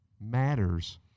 matters